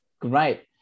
Great